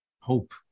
hope